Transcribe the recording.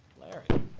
larry,